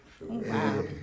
Wow